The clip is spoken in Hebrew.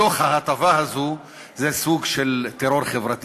מתוך ההטבה הזאת זה סוג של טרור חברתי,